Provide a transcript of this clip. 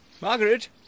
Margaret